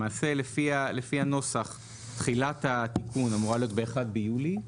למעשה לפי הנוסח תחילת התיקון אמורה להיות ב-1 ביולי,